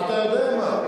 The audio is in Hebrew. אתה יודע מה?